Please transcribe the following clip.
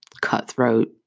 cutthroat